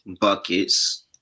Buckets